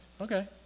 Okay